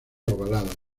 ovaladas